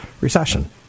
recession